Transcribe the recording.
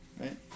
Right